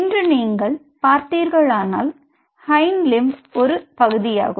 இன்று நீங்கள் பார்த்தீர்களானால் ஹைண்ட் லிம்ப் ஒரு பகுதியாகும்